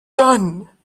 done